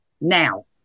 now